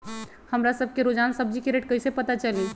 हमरा सब के रोजान सब्जी के रेट कईसे पता चली?